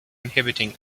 inhibiting